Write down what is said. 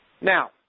Now